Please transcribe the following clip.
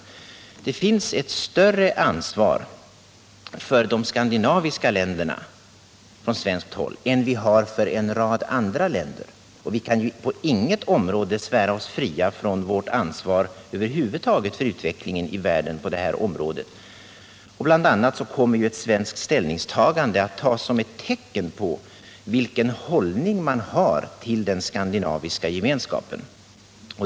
Från svenskt håll har vi ett större ansvar för de skandinaviska länderna än vi har för en rad andra länder. Vi kan inte på något område svära oss fria från vårt ansvar för utvecklingen i Sverige på detta område. Bl. a. kommer ett svenskt ställningstagande att tas som ett tecken på vilken hållning man har till den skandinaviska gemenskapen.